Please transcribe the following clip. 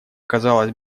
казалось